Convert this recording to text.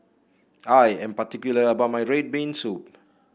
I am particular about my red bean soup